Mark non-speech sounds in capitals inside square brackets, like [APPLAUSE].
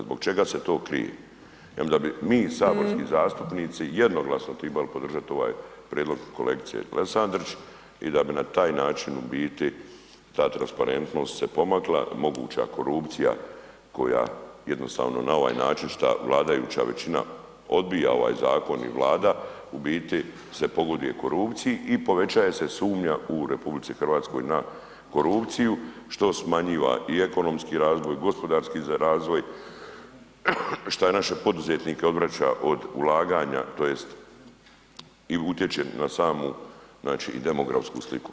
Zbog čega se to krije? ... [UNINTELLIGIBLE] da bi mi saborski zastupnici jednoglasno trebali podržati ovaj prijedlog kolegice Lesandrić i da bi na taj način u biti ta transparentnost se pomakla, moguća korupcija koja jednostavno na ovaj način šta vladajuća većina odbija ovaj zakon i Vlada u biti se pogoduje korupciji i povećava se sumnja u RH na korupciju što smanjuje i ekonomski razvoj, gospodarski razvoj, šta naše poduzetnike odvraća od ulaganja tj. i utječe na samu znači i demografsku sliku.